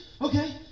okay